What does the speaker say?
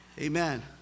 Amen